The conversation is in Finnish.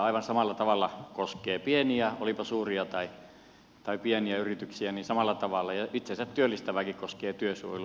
aivan samalla tavalla koskee pieniä olipa suuria tai pieniä yrityksiä niin samalla tavalla ja itsensä työllistäviäkin koskee työsuojelu